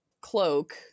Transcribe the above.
cloak